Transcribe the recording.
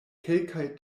kelkaj